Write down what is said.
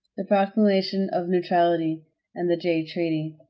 the proclamation of neutrality and the jay treaty.